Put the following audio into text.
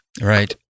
right